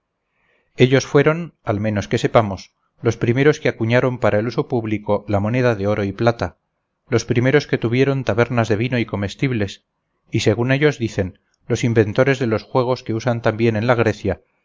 ellos fueron al menos que sepamos los primeros que acuñaron para el uso público la moneda de oro y plata los primeros que tuvieron tabernas de vino y comestibles y según ellos dicen los inventores de los juegos que se usan también en la grecia